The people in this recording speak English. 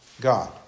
God